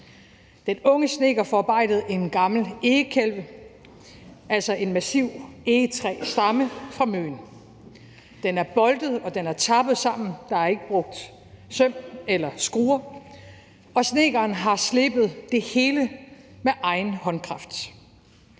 Den unge snedker forarbejdede en gammel egekævle, altså en massiv egetræsstamme, fra Møn. Den er boltet, og den er tappet sammen. Der er ikke brugt søm eller skruer, og snedkeren har slebet det hele med egen håndkraft.